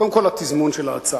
קודם כול, לתזמון של ההצעה.